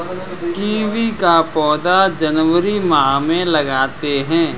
kiwi का पौधा जनवरी माह में लगाते हैं